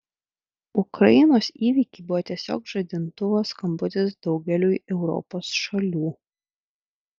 ukrainos įvykiai buvo tiesiog žadintuvo skambutis daugeliui europos šalių